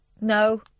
No